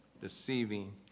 deceiving